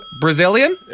Brazilian